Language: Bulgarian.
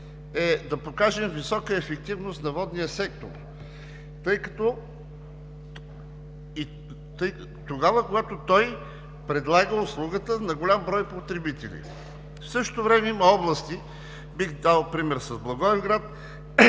е да покажем висока ефективност на водния сектор тогава, когато той предлага услугата на голям брой потребители. В същото време има области, бих дал пример с Благоевград,